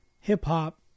hip-hop